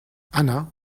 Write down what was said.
anna